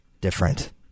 different